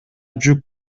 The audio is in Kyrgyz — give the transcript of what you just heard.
жүк